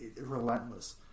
relentless